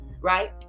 right